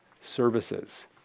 services